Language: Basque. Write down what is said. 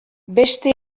beste